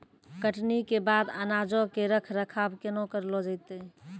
कटनी के बाद अनाजो के रख रखाव केना करलो जैतै?